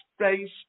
Space